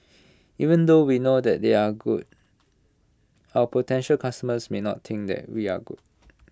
even though we know that they are good our potential customers may not think that we are good